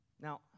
Now